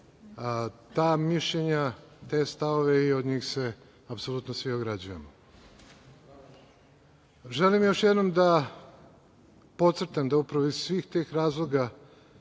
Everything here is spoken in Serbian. ta mišljenja, te stavove i od njih se apsolutno svi ograđujemo. Želim još jednom da podcrtam da upravo iz svih tih razloga